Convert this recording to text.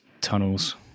tunnels